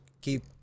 keep